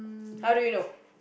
how do you know